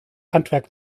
handwerk